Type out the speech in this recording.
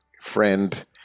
friend